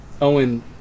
Owen